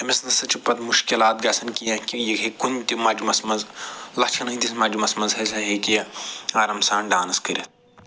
أمِس نَسا چھِ پتہٕ مُشکِلات گَژھان کیٚنٛہہ کہِ یہِ ہٮ۪کہِ کُنہِ تہِ مجمس منٛز لَچھَن ہِنٛدِس مجمس منٛز ہَسا ہیٚکہِ یہِ آرام سان ڈانٕس کٔرِتھ